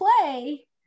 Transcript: play